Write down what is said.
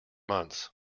months